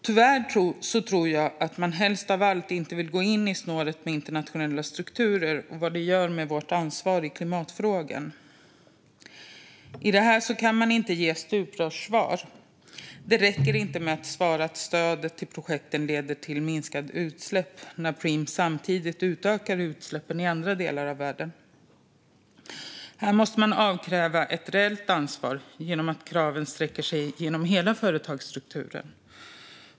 Tyvärr tror jag att man helst av allt inte vill gå in i snåret med internationella strukturer och vad det gör med vårt ansvar i klimatfrågan. I detta kan man inte ge stuprörssvar. Det räcker inte att svara att stödet till projekten leder till minskade utsläpp när Preem samtidigt utökar utsläppen i andra delar av världen. Här måste man avkräva ett reellt ansvar genom att se till att kraven sträcker sig genom hela företagsstrukturen.